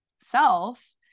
self